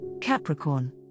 Capricorn